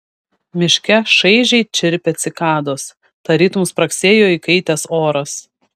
miške šaižiai čirpė cikados tarytum spragsėjo įkaitęs oras